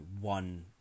one